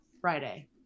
friday